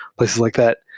places like that,